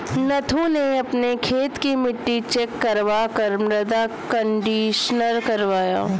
नथु ने अपने खेत की मिट्टी चेक करवा कर मृदा कंडीशनर करवाया